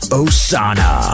osana